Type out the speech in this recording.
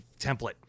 template